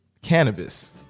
cannabis